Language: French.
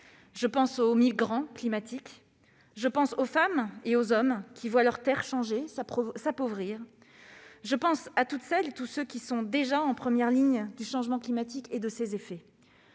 Je pense aux migrants climatiques. Je pense aux femmes et aux hommes qui voient leur Terre changer et s'appauvrir. Je pense à toutes celles et à tous ceux qui sont déjà en première ligne du changement climatique et de ses effets.